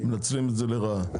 מנצלים את זה לרעה.